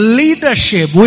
leadership